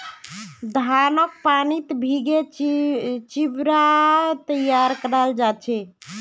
धानक पानीत भिगे चिवड़ा तैयार कराल जा छे